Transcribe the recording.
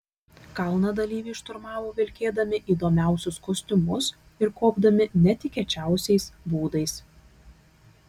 kalną dalyviai šturmavo vilkėdami įdomiausius kostiumus ir kopdami netikėčiausiais būdais